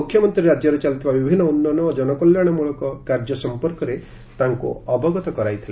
ମୁଖ୍ୟମନ୍ତୀ ରାକ୍ୟରେ ଚାଲିଥିବା ବିଭିନ୍ନ ଉନ୍ନୟନ ଓ ଜନକଲ୍ୟାଶ ମୂଳକ କାର୍ଯ୍ୟ ସମ୍ପର୍କରେ ତାଙ୍କୁ ଅବଗତ କରାଇଥିଲେ